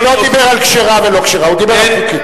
הוא לא דיבר על כשרה ולא כשרה, הוא דיבר על חוקית.